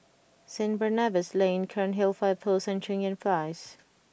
St Barnabas Lane Cairnhill Fire Post and Cheng Yan Place